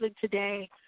today